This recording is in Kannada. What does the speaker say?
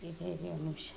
ಇರಿ ಇರಿ ಒಂದು ನಿಮಿಷ